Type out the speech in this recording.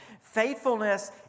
faithfulness